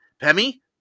Pemmy